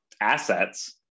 assets